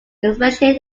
especially